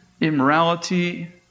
immorality